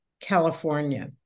California